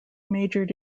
majored